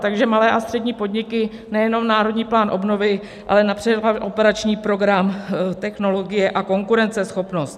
Takže malé a střední podniky, nejenom Národní plán obnovy, ale například operační program Technologie a konkurenceschopnost.